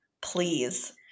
please